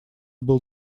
был